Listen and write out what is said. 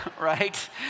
right